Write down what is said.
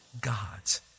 gods